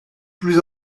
plus